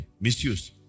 Misuse